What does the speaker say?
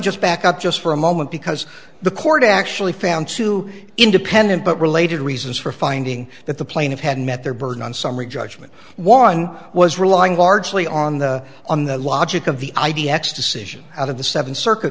just back up just for a moment because the court actually found two independent but related reasons for finding that the plaintiff had met their burden on summary judgment one was relying largely on the on the logic of the idea x decision out of the seven circuit